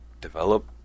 develop